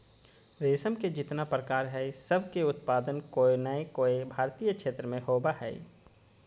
रेशम के जितना प्रकार हई, सब के उत्पादन कोय नै कोय भारतीय क्षेत्र मे होवअ हई